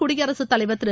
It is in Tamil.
குடியரசுத் தலைவா் திரு